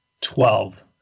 Twelve